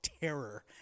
terror